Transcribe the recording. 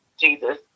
Jesus